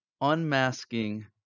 unmasking